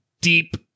deep